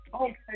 Okay